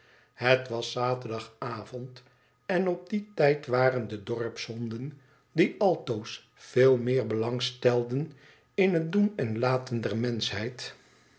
het was zaterdagavond en op dien tijd waren de dorpshonden die altoos veel meer belang stellen in het doen en laten der menschheid